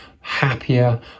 happier